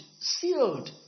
sealed